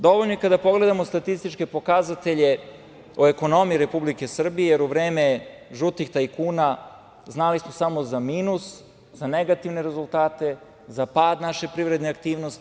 Dovoljno je i kada pogledamo statističke pokazatelje o ekonomiji Republike Srbije, jer u vreme žutih tajkuna znali smo samo za minus, za negativne rezultate, za pad naše privredne aktivnosti.